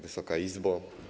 Wysoka Izbo!